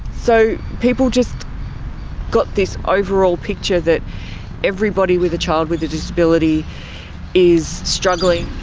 so people just got this overall picture that everybody with a child with a disability is struggling.